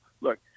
Look